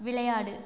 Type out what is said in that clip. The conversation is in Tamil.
விளையாடு